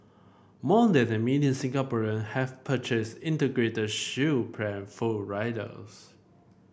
more than a million Singaporean have purchased Integrated Shield Plan full riders